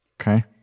okay